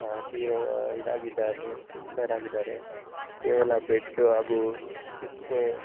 ತೀರಿ ಹೋ ಇದಾಗಿದ್ದಾರೆ ಎಕ್ಸ್ಪಯರ್ ಆಗಿದ್ದಾರೆ ಕೇವಲ ಬೆಡ್ ಹಾಗು ಚಿಕಿತ್ಸೆ